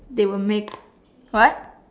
they will make what